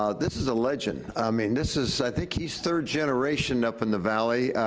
um this is a legend. i mean, this is, i think he's third generation up in the valley,